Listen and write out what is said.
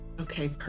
Okay